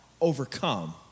overcome